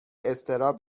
اضطراب